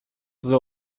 the